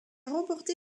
remporté